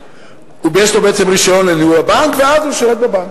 יש לו רשיון לניהול הבנק, ואז הוא שולט בבנק.